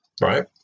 right